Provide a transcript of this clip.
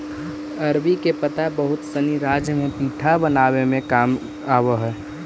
अरबी के पत्ता बहुत सनी राज्य में पीठा बनावे में भी काम आवऽ हई